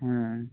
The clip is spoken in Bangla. হুম